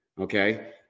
Okay